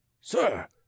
Sir